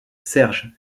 serge